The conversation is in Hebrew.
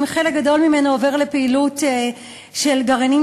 חלק גדול ממנו עובר לפעילות של גרעינים